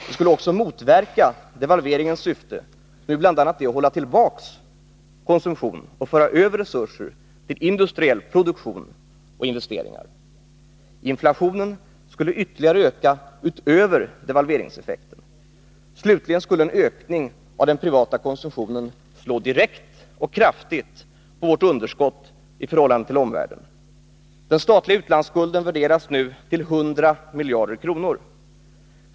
Det skulle också motverka devalveringens syfte, som bl.a. är att hålla tillbaka konsumtionen och föra över resurser till industriell produktion och investeringar. Inflationen skulle ytterligare öka utöver devalveringseffekten. Slutligen skulle en ökning av den privata konsumtionen slå direkt och kraftigt på vårt underskott i förhållande till omvärlden. Den statliga utlandsskulden värderas nu till 100 miljarder kronor.